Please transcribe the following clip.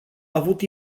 avut